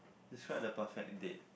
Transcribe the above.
describe the perfect date